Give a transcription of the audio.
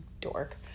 dork